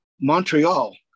Montreal